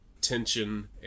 tension